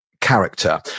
character